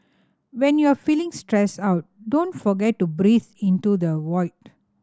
when you are feeling stressed out don't forget to breathe into the void